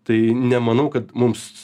tai nemanau kad mums